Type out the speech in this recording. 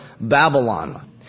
Babylon